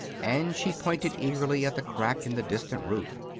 and she pointed eagerly at the crack in the distant roof.